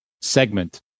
segment